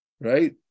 right